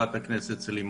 הדיון